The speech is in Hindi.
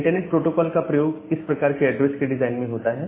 इंटरनेट प्रोटोकॉल का प्रयोग इस प्रकार के एड्रेस के डिजाइन में होता है